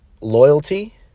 loyalty